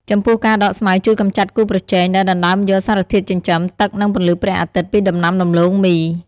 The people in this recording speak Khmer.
ចំពោះការដកស្មៅជួយកម្ចាត់គូប្រជែងដែលដណ្ដើមយក សារធាតុចិញ្ចឹម ទឹក និង ពន្លឺព្រះអាទិត្យ ពីដំណាំដំឡូងមី។